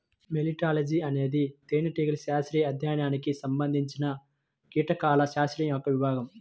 మెలిటాలజీఅనేది తేనెటీగల శాస్త్రీయ అధ్యయనానికి సంబంధించినకీటకాల శాస్త్రం యొక్క విభాగం